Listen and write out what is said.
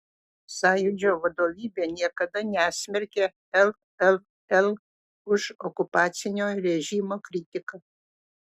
sąjūdžio vadovybė niekada nesmerkė lll už okupacinio režimo kritiką